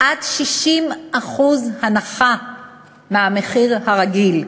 עד 60% הנחה מהמחיר הרגיל,